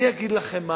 אני אגיד לכם מה,